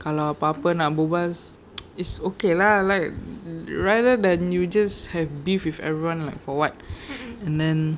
kalau apa-apa nak berbual it's okay lah like rather than you just have beef with everyone like for what and then